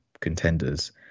contenders